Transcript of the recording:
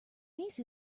niece